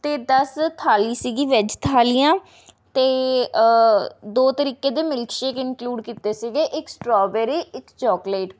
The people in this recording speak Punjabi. ਅਤੇ ਦਸ ਥਾਲੀ ਸੀਗੀ ਵੈੱਜ਼ ਥਾਲੀਆਂ ਅਤੇ ਦੋ ਤਰੀਕੇ ਦੇ ਮਿਲਕ ਸ਼ੇਕ ਇੰਨਕਲੂਡ ਕੀਤੇ ਸੀਗੇ ਇੱਕ ਸਟੋਵਰੀ ਇੱਕ ਚੌਕਲੇਟ